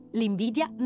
l'invidia